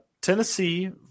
Tennessee